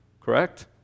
correct